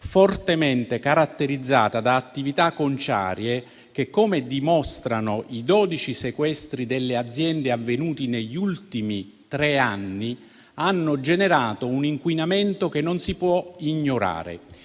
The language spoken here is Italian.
fortemente caratterizzata da attività conciarie che, come dimostrano i 12 sequestri di aziende avvenuti negli ultimi tre anni, hanno generato un inquinamento che non si può ignorare.